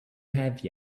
have